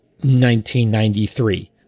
1993